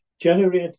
generate